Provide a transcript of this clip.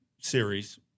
series